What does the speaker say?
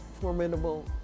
Formidable